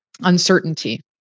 uncertainty